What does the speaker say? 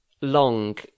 long